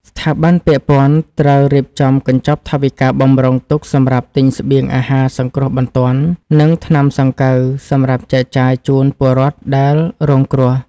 ស្ថាប័នពាក់ព័ន្ធត្រូវរៀបចំកញ្ចប់ថវិកាបម្រុងទុកសម្រាប់ទិញស្បៀងអាហារសង្គ្រោះបន្ទាន់ និងថ្នាំសង្កូវសម្រាប់ចែកចាយជូនពលរដ្ឋដែលរងគ្រោះ។